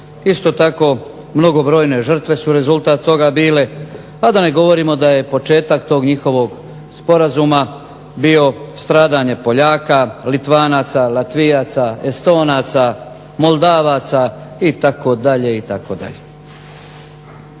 Isto tako mnogobrojne žrtve su rezultat toga bile, pa da ne govorimo da je početak tog njihovog sporazuma bio stradanje Poljaka, Litvanaca, Latvijaca, Estonaca, Moldavaca itd.,